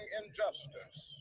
injustice